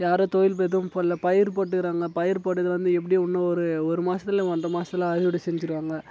யாரும் தொழில் எதுவும் போடல பயிர் போட்டிருக்காங்க பயிர் போட்டது வந்து எப்படி இன்னும் ஒரு ஒரு மாதத்துல ஒன்றரை மாதத்துல அறுவடை செஞ்சுருவாங்க